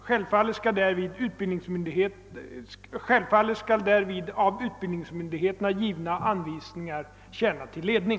Självfallet skall därvid av utbildningsmyndigheterna givna anvisningar tjäna till ledning.